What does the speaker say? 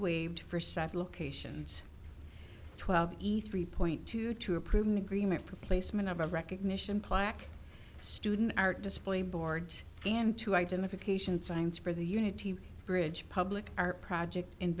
waived for such locations twelve ethe three point two to approve an agreement for placement of a recognition plaque student art display board and two identification signs for the unity bridge public art project in